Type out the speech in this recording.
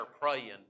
praying